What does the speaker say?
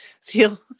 feel